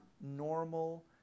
normal